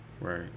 Right